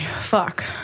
fuck